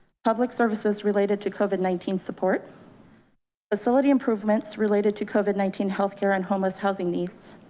public services related to covid nineteen support facility improvements related to covid nineteen health care and homeless housing needs,